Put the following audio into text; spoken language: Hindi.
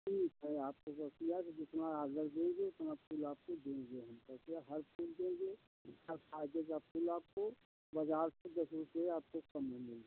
ठीक है आपको जितना आर्डर देंगे उतना फूल आपको देंगे हम हर फूल देंगे का फूल आपको बाज़ार से दस रुपये आपको कम में मिल जाएगा